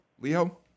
Leo